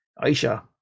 Aisha